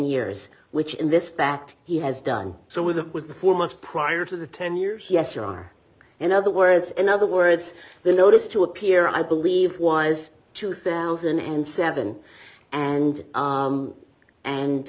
years which in this fact he has done so with was the four months prior to the ten years yes you are in other words in other words the notice to appear i believe was two thousand and seven and